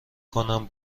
کنم